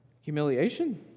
humiliation